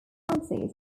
dances